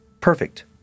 Perfect